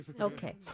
Okay